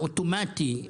האוטומטי,